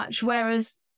whereas